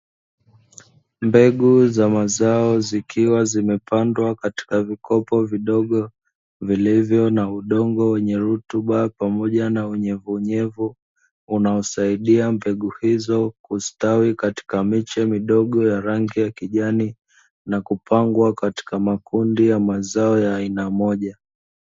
Mbegu za mazao zikiwa zimepandwa katika vikopo vidogo, vilivyo udongo wenye rutuba pamoja na unyevunyevu unaosaidia mbegu hizo kustawi katika miche midogo ya rangi ya kijani, na kupangwa katika makundi ya mazao ya aina moja.